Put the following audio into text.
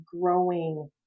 growing